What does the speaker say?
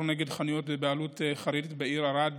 נגד חנויות בבעלות חרדית בעיר ערד.